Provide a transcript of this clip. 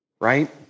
Right